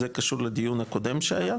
זה קשור לדיון הקודם שהיה,